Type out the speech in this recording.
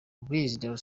released